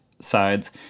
sides